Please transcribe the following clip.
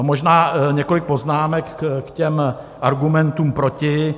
Možná několik poznámek k argumentům proti.